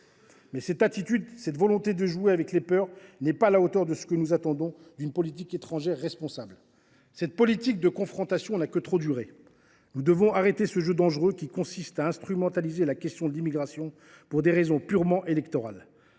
cette attitude, cette volonté de jouer avec les peurs, n’est pas à la hauteur de ce que nous attendons d’une politique étrangère responsable. Cette politique de confrontation n’a que trop duré. Nous devons arrêter ce jeu dangereux qui consiste à instrumentaliser la question de l’immigration pour des raisons purement électorales.